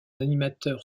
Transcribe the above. animateur